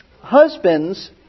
husbands